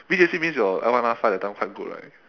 V_J_C means your L one R five that time quite good right